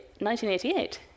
1988